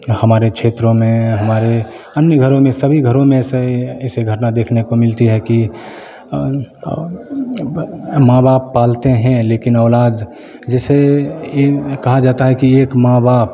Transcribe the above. हमारे क्षेत्रों में हमारे अन्य घरों में सभी घरों में ऐसे ऐसे घटना देखने को मिलती है कि और माँ बाप पालते हैं लेकिन औलाद जिसे इन कहा जाता है कि एक माँ बाप